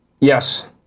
Yes